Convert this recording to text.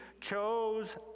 chose